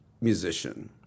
musician